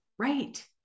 Right